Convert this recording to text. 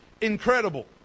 incredible